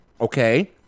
okay